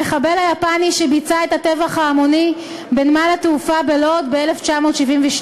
המחבל היפני שביצע את הטבח ההמוני בנמל התעופה בלוד ב-1972,